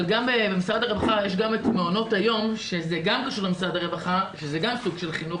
אבל גם במשרד הרווחה יש את מעונות היום שזה סוג של חינוך,